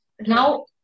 Now